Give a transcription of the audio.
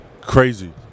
crazy